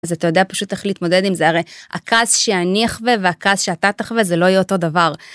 אז אתה יודע פשוט איך להתמודד עם זה הרי הכעס שאני אחווה והכעס שאתה תחווה זה לא יהיה אותו דבר.